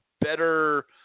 better